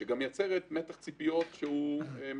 שגם מייצרת מתח ציפיות שגוי.